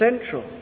central